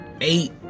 eight